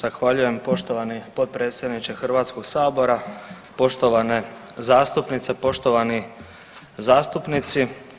Zahvaljujem poštovani potpredsjedniče Hrvatskog sabora, poštovane zastupnice, poštovani zastupnici.